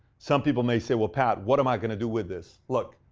some people may say, well pat, what am i going to do with this? look,